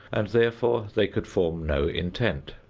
and therefore they could form no intent.